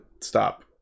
stop